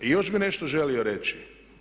I još bi nešto želio reći.